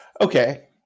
Okay